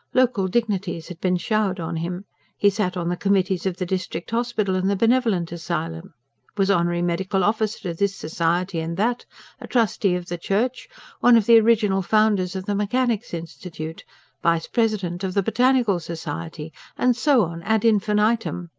local dignities had been showered on him he sat on the committees of the district hospital and the benevolent asylum was honorary medical officer to this society and that a trustee of the church one of the original founders of the mechanics' institute vice-president of the botanical society and so on, ad infinitum.